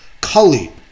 Cully